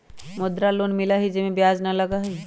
मुद्रा लोन मिलहई जे में ब्याज न लगहई?